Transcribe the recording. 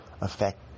affect